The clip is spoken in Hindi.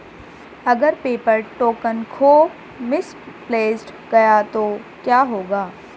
अगर पेपर टोकन खो मिसप्लेस्ड गया तो क्या होगा?